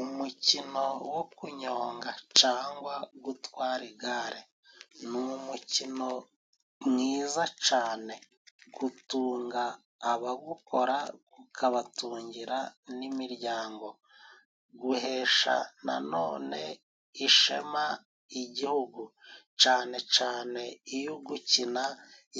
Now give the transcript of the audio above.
Umukino wo kunyonga cangwa gutwara igare, n'umukino mwiza cane gutunga abawukora ukabatungira n'imiryango, guhesha nanone ishema igihugu, cane cane iy'ugukina